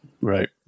Right